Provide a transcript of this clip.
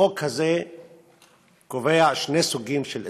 החוק הזה קובע שני סוגים של אזרחות: